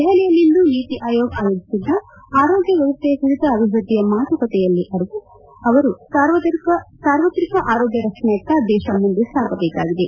ದೆಪಲಿಯಲ್ಲಿಂದು ನೀತಿ ಆಯೋಗ ಆಯೋಜಿಸಿದ್ದ ಆರೋಗ್ಯ ಮ್ಯವಸ್ಥೆ ಕುರಿತ ಅಭಿವೃದ್ಧಿ ಮಾತುಕತೆಯಲ್ಲಿ ಅವರು ಸಾರ್ವತ್ರಿಕ ಆರೋಗ್ಯ ರಕ್ಷಣೆಯತ್ತ ದೇಶ ಮುಂದೆ ಸಾಗಬೇಕಾಗಿದೆ